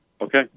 Okay